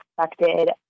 expected